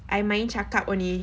I main cakap only